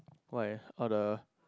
why all the